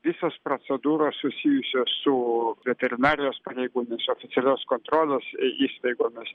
visos procedūros susijusios su veterinarijos pareigūnais oficialios kontrolės įstaigomis